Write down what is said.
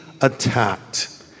attacked